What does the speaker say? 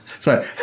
Sorry